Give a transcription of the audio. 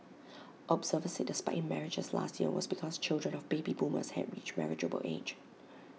observers said the spike in marriages last year was because children of baby boomers had reached marriageable age